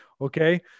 okay